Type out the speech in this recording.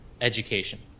education